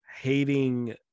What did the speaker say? hating